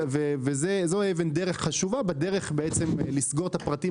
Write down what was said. זאת אבן דרך חשובה בדרך לסגור את הפרטים